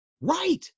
Right